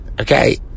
okay